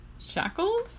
Shackled